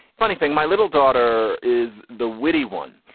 funny thing my little daughter is the witty one.